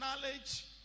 knowledge